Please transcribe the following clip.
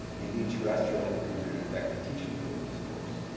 indeed, terrestrial has proven an effective teaching tool in this course.